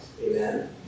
Amen